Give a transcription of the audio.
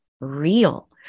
real